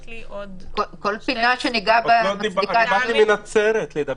לי הרבה יותר, אבל אנסה במסגרת כמה רגעים להגיב.